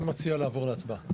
אני מציע לעבור להצבעה.